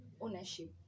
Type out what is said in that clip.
ownership